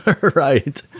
right